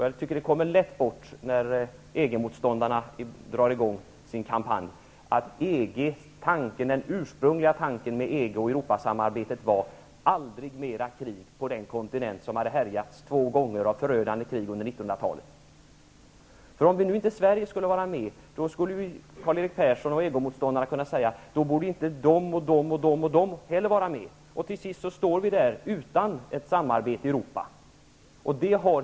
Jag tycker att dessa lätt kommer bort, när EG-motståndarna drar i gång sin kampanj, att den ursprungliga tanken med EG och Europasamarbetet var: Aldrig mera krig på den kontinent som hade härjats av förödande krig två gånger under 1900-talet. Om nu inte Sverige skulle vara med, skulle Karl Erik Persson och EG-motståndarna kunna säga att då borde inte de och de och de heller vara med. Till sist står vi där utan ett samarbete i Europa.